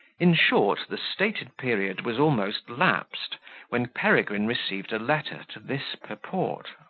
in short, the stated period was almost lapsed when peregrine received a letter to this purport